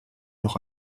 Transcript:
noch